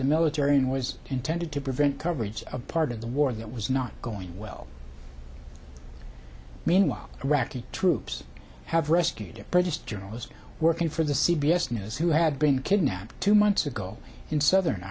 the military and was intended to prevent coverage of part of the war that was not going well meanwhile iraqi troops have rescued a british journalist working for the c b s news who had been kidnapped two months ago in southern